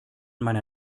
meiner